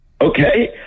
Okay